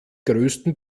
größten